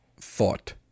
thought